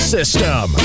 system